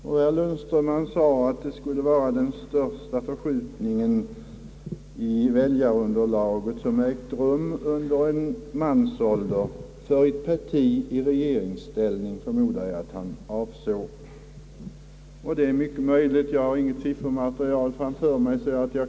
Herr Lundström sade att det skulle vara den största förskjutningen i väljarunderlag som ägt rum under en mansålder — för ett parti i regeringsställning, förmodar jag att han avsåg. Det är mycket möjligt; jag har inget siffermaterial framför mig.